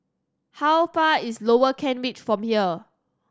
how far is Lower Kent Ridge Road from here